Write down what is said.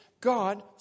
God